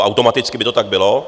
Automaticky by to tak bylo.